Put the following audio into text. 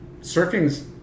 surfing's